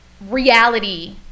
reality